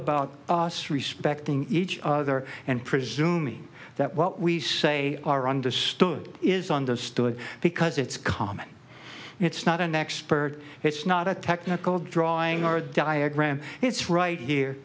about us respecting each other and presuming that what we say are understood is understood because it's common it's not an expert it's not a technical drawing or a diagram it's right here